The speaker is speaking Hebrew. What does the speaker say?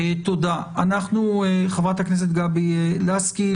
חברת הכנסת גבי לסקי,